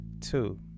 two